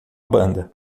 banda